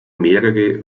mehrere